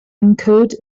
encode